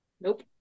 Nope